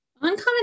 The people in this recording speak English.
uncommon